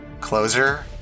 closer